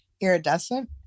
iridescent